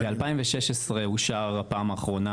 ב- 2016 אושר תקציב בפעם האחרונה,